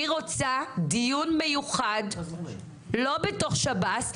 אני רוצה דיון מיוחד לא בתוך שב"ס,